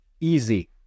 easy